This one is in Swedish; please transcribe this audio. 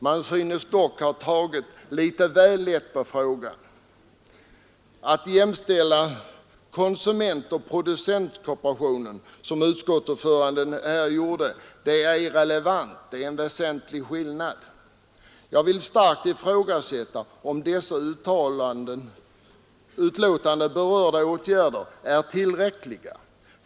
Man synes dock ha tagit litet väl lätt på frågan. Att jämställa konsumentkooperationen och producentkooperationen, som utskottets ordförande gjorde, är irrelevant; det är en väsentlig skillnad mellan dem. Jag vill starkt ifrågasätta, om dessa i betänkandet berörda åtgärder är tillräckliga.